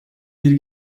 bir